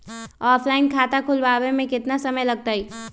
Offline खाता खुलबाबे में केतना समय लगतई?